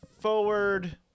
forward